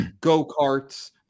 go-karts